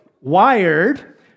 wired